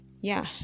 Yeah